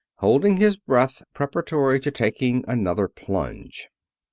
holding his breath preparatory to taking another plunge.